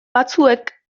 batzuek